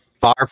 Far